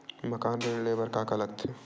मकान ऋण ले बर का का लगथे?